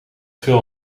veel